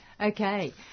okay